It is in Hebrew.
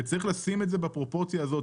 וצריך לשים את זה בפרופורציה הזאת,